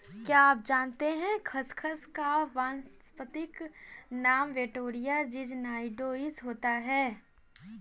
क्या आप जानते है खसखस का वानस्पतिक नाम वेटिवेरिया ज़िज़नियोइडिस होता है?